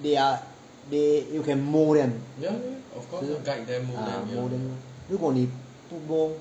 they are they you can mould them mould them lor 如果你不 mould